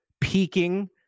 peaking